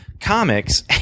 comics